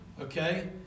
Okay